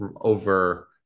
over